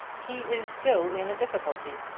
he is still in a difficulty,